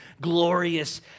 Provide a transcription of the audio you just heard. glorious